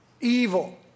evil